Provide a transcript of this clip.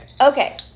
Okay